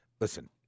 Listen